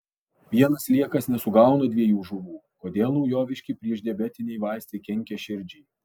vienas sliekas nesugauna dviejų žuvų kodėl naujoviški priešdiabetiniai vaistai kenkia širdžiai